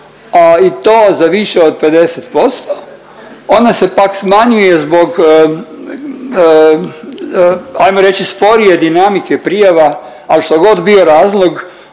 i to za više od 50%. Ona se pak smanjuje zbog ajmo reći sporije dinamike prijava, al štogod bio razlog